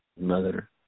mother